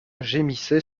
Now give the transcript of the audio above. gémissait